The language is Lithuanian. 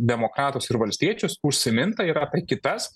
demokratus ir valstiečius užsiminta ir apie kitas